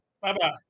bye-bye